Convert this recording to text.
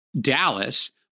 Dallas